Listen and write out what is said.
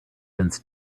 have